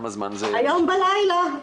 היום בלילה.